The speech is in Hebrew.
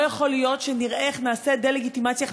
לא יכול לראות שנראה איך נעשית דה-לגיטימציה,